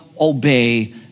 obey